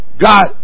God